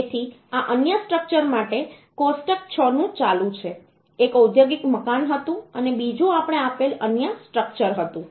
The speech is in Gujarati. તેથી આ અન્ય સ્ટ્રક્ચર માટે કોષ્ટક 6 નું ચાલુ છે એક ઔદ્યોગિક મકાન હતું અને બીજું આપણે આપેલ અન્ય સ્ટ્રક્ચર હતી